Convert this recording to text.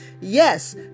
yes